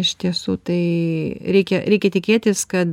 iš tiesų tai reikia reikia tikėtis kad